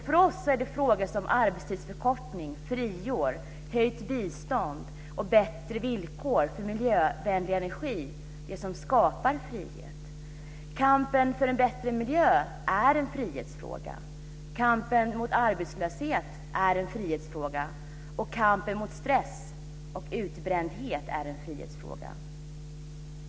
För oss är det frågor som arbetstidsförkortning, friår, höjt bistånd och bättre villkor för miljövänligare energi som skapar frihet. Kampen för en bättre miljö är en frihetsfråga, kampen mot arbetslöshet är en frihetsfråga och kampen mot stress och utbrändhet är en frihetsfråga.